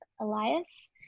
Elias